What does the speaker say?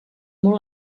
molt